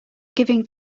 giving